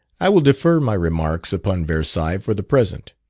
i will defer my remarks upon versailles for the present.